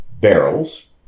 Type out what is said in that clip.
barrels